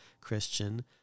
Christian